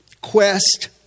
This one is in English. quest